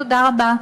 תודה רבה.